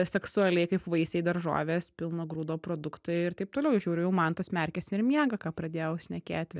seksualiai kaip vaisiai daržovės pilno grūdo produktai ir taip toliau žiūriu jau mantas merkiasi ir miega ką pradėjau šnekėti